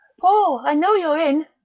paul. i know you're in.